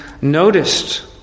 noticed